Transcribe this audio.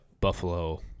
Buffalo